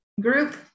group